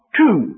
two